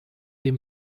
dem